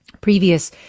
previous